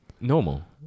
Normal